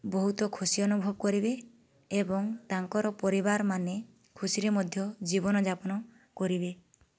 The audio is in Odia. ବହୁତ ଖୁସି ଅନୁଭବ କରିବେ ଏବଂ ତାଙ୍କର ପରିବାରମାନେ ଖୁସିରେ ମଧ୍ୟ ଜୀବନଯାପନ କରିବେ